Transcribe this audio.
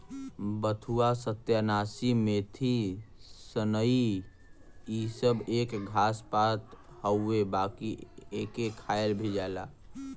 बथुआ, सत्यानाशी, मेथी, सनइ इ सब एक घास पात हउवे बाकि एके खायल भी जाला